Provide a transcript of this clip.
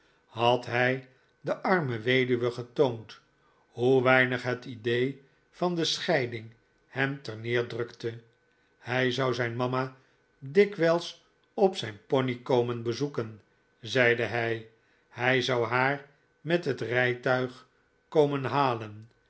had hij de arme weduwe getoond hoe weinig het idee van de scheiding hem terneerdrukte hij zou zijn mama dikwijls op zijn pony komen bezoeken zeide hij hij zou haar met het rijtuig komen halen